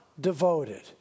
devoted